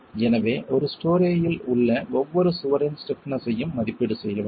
எனவே ஒரு ஸ்டோரேயில் உள்ள ஒவ்வொரு சுவரின் ஸ்டிப்னஸ் ஐயும் மதிப்பீடு செய்ய வேண்டும்